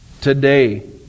Today